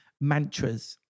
mantras